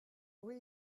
oui